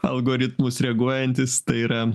algoritmus reaguojantis tai yra